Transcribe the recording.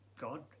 God